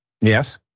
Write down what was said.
Yes